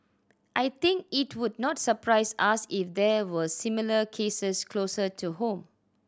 I think it would not surprise us if there were similar cases closer to home